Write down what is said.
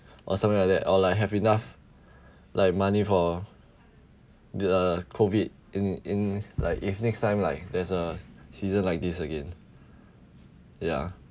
or something like that or like have enough like money for the uh COVID in in like if next time like there's a season like this again yeah